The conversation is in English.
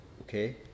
Okay